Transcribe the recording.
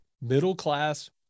middle-class